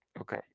okay